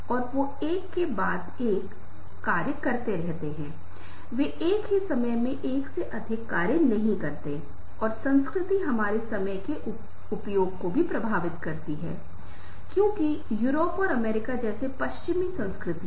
अब हम कश्मीर के लिए 2 संदर्भ बनाएंगे नेत्रहीन और देखते हैं कि आप कैसे जवाब देते हैं कि मैं फिर से दोहराता हूं मैं दृश्यों का उपयोग कर रहा हूं क्योंकि वे सरल हैं और उन्हें समझना आसान है